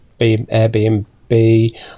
Airbnb